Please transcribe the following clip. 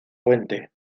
puente